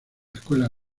escuela